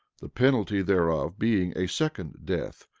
the penalty thereof being a second death,